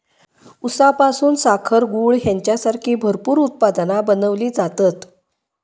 ऊसापासून साखर, गूळ हेंच्यासारखी भरपूर उत्पादना बनवली जातत